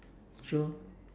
true